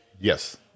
Yes